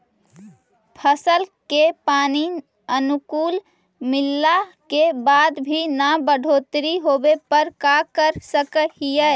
फसल के पानी अनुकुल मिलला के बाद भी न बढ़ोतरी होवे पर का कर सक हिय?